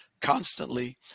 constantly